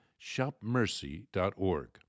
shopmercy.org